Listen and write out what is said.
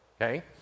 Okay